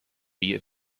via